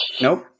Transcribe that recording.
Nope